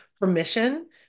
Permission